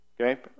Okay